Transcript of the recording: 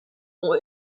ont